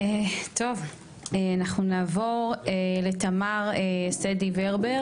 אנחנו נעבור לתמר סדי וורבר,